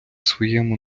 своєму